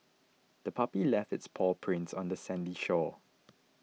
the puppy left its paw prints on the sandy shore